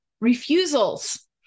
refusals